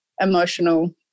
emotional